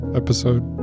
episode